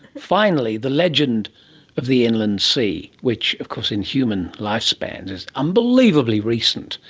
finally, the legend of the inland sea, which of course in human lifespans is unbelievably recent,